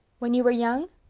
when you were young?